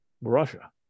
Russia